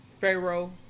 Pharaoh